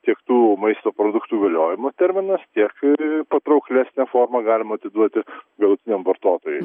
tiek tų maisto produktų galiojimo terminas tiek patrauklesne forma galima atiduoti galutiniam vartotojui